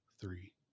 three